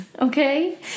okay